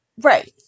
right